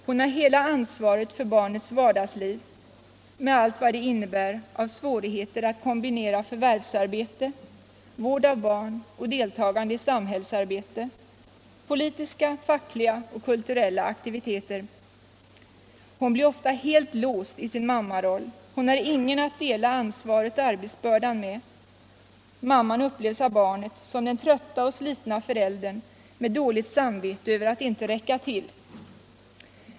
Hon har hela ansvaret för barnets vardagsliv med allt vad det innebär av svårigheter att kombinera förvärvsarbete, vård av barn och deltagande i samhällsarbete — politiska, fackliga och kulturella aktiviteter. Hon blir ofta helt låst i sin mammaroll, hon har ingen att dela ansvaret och arbetsbördan med. Mamman upplevs av barnet som den trötta och slitna föräldern med dåligt samvete över att inte räcka till.